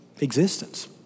existence